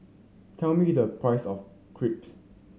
tell me the price of Crepe